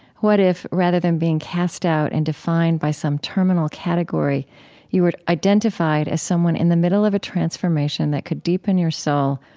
what if rather than being cast out and defined by some terminal category you were identified as someone in the middle of a transformation that could deepen your soul,